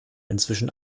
inzwischen